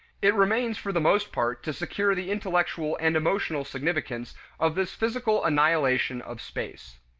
it remains for the most part to secure the intellectual and emotional significance of this physical annihilation of space.